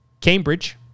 Cambridge